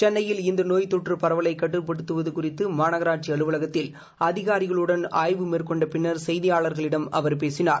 சென்னையில் இந்த நோய் தொற்று பரவலை கட்டுப்படுத்துவது குறித்து மாநகராட்சி அலுவலகத்தில் அதிகாரிகளுடன் ஆய்வு மேற்கொண்ட பின்னர் செய்தியாளர்களிடம் அவர் பேசினார்